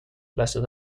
lasted